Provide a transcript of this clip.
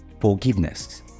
Forgiveness